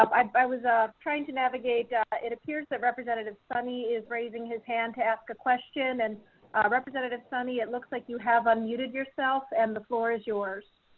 um i but was ah trying to navigate it appears that representative sunny is raising his hand to ask a question and representative sunny, it looks like you have unmuted yourself and the floor is yours.